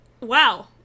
wow